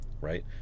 right